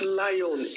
lion